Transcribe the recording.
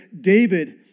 David